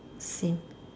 same